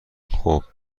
خوب